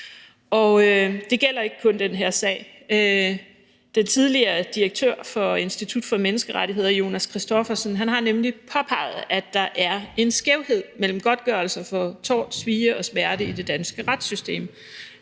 Det gælder ikke kun den her sag. Den tidligere direktør for Institut for Menneskerettigheder Jonas Christoffersen har nemlig påpeget, at der er en skævhed mellem godtgørelser for tort, svie og smerte i det danske retssystem.